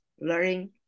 learning